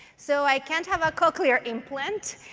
so i can't have a cochlear implant.